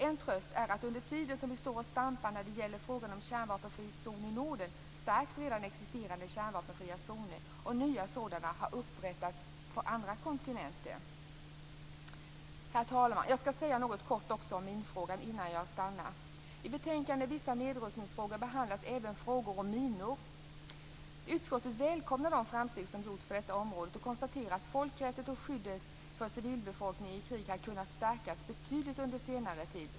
En tröst är att under tiden som vi står och stampar när det gäller frågan om en kärnvapenfri zon i Norden stärks redan existerande kärnvapenfria zoner, och nya sådana har upprättats på andra kontinenter. Herr talman! Jag skall säga något kort om minfrågan innan jag stannar. I betänkandet Vissa nedrustningsfrågor behandlas även frågor om minor. Utskottet välkomnar de framsteg som gjorts på detta område och konstaterar att folkrätten och skyddet för civilbefolkningen i krig har kunnat stärkas betydligt under senare tid.